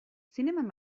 zineman